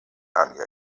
anja